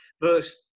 Verse